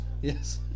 Yes